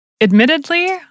Admittedly